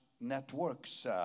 networks